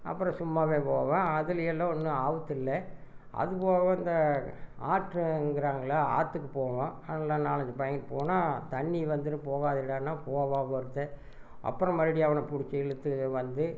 அப்றம் சும்மாவே போவேன் அதில் எல்லாம் ஒன்றும் ஆபத்து இல்லை அது போக இந்த ஆற்றங்கிறாங்கள ஆற்றுக்கு போவோம் அதில் நாலஞ்சு பையங்க போனால் தண்ணி வந்துடும் போகாதேனா போவான் ஒருத்தன் அப்றம் மறுபடியும் அவனை பிடிச்சி இழுத்து வந்து